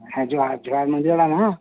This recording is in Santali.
ᱦᱮᱸ ᱡᱚᱦᱟᱨ ᱡᱚᱦᱟᱨ ᱢᱟᱡᱷᱤ ᱦᱟᱲᱟᱢ ᱦᱮᱸ